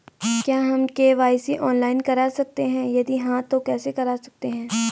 क्या हम KYC online करा सकते हैं यदि हाँ तो कैसे करा सकते हैं?